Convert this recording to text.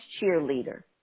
cheerleader